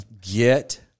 Get